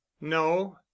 no